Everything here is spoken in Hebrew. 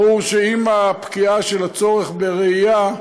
ברור שעם הפקיעה של הצורך ברעייה,